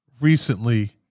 recently